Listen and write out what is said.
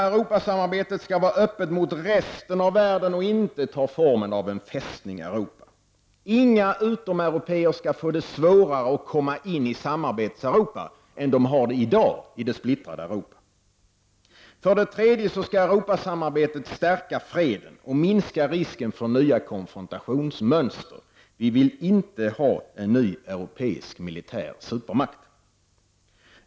Europasamarbetet skall vara öppet mot resten av världen och inte ta formen av en ''Fästning Europa''; inga utomeuropeer skall få svårare att komma in i Samarbetseuropa än de har i dag att komma in i det splittrade Europa. 3. Europasamarbetet skall stärka freden och minska risken för nya konfrontationsmönster. Vi vill inte ha en ny europeisk militär supermakt. 4.